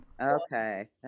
Okay